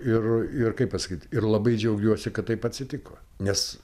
ir ir kaip pasakyt ir labai džiaugiuosi kad taip atsitiko nes